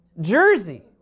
Jersey